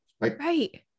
Right